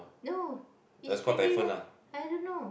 no it's windy leh I don't know